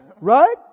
Right